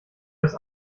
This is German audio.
das